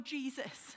Jesus